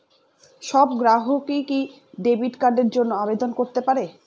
সব গ্রাহকই কি ডেবিট কার্ডের জন্য আবেদন করতে পারে?